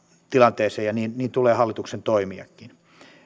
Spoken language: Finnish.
tilanteeseen ja niin niin tulee hallituksen toimiakin